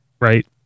right